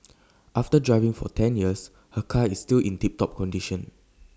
after driving for ten years her car is still in tip top condition